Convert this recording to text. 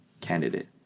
candidate